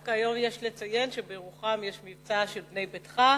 דווקא היום יש לציין שבירוחם יש מבצע של "בנה ביתך",